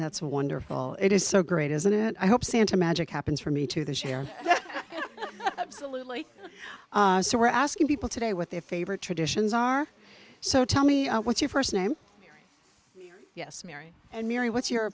that's wonderful it is so great isn't it i hope santa magic happens for me to the share yeah absolutely so we're asking people today what their favorite traditions are so tell me what's your st name yes mary and mary what's your